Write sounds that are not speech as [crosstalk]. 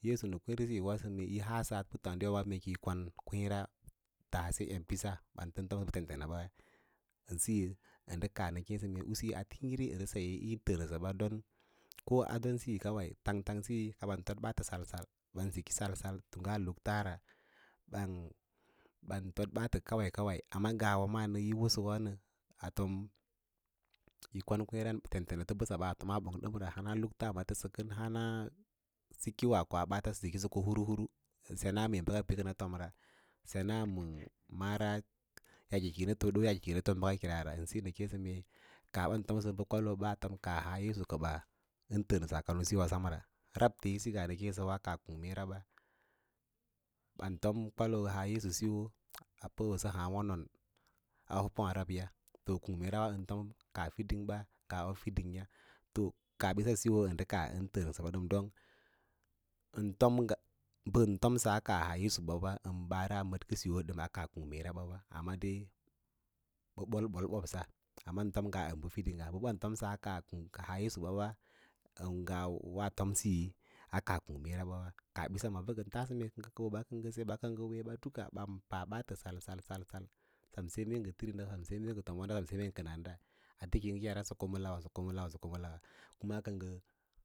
Yesu ma kweeresi yò yì haasa puttǎǎdiwa maawâ mee ki yi kon kwěěra tabe embíss ɓas tən fomsə ten te na ba ən síyo əndə kaa usu nə keẽsə ən saye yi təənəɓa ko don síyo kawâ tang tang siyi ka baɗ toɗ ɓaatə salsal ən siki sal sal tungga luktars ɓan too ɓaatə kawai kawai amma ngawa maa yi wosəwe atom yi kon kweeran tentenato sə ba ɓaa tomaa ɓong dəmra hana lukts ma təsə kən hana sikas sə kos ɓaatəwa sən siki huru huru sə senaa mee bəka pə kənə foma sensaa mara yaa ke kin tom bəka yaa ke kiye nə too maara siyo nə keẽ mēe̍ kaa ɓan tomsə kwaloo ba afom kaa haa yesu kaba bən təənəsə ngga usuwi semra rabto isi nə kēēwa kaa kung meera ɓa ɓan tom kwaloo haa yesu siyo puwəsa ahaã wonon a of pu ahaa̍ rabya to kung meerən tom kaa fiding a of fiding ya to kaabiss siyo ndə kas ən təənə ɓa dəm don [noise] bən tom səə kaa yesu ba wa ən diyo ən fomsə kaa kung meera ɓawa ɓa ɓol-ɓol ɓoɓosa amma tom ngaa bə fidingga bə ɓan fomsa kaa haa yesu ba wa ən wos tom siyo a kaa kung meera wa ɓa kaaɓiss bə ngən taasə mee kə ngə kəu kə ngə kəwə ma bə wee ba duka ɓan pa ɓaatə sal sal sal sem sad meen tim saimee kəna da ɓaats kə ngə yar ngə ko ma lawa rə kama lawa sə ko mee lawas. [unintelligible]